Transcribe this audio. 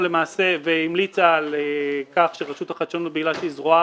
והיא המליצה על כך שרשות החדשנות בגלל שהיא זרועה